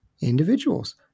individuals